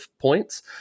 points